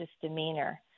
demeanor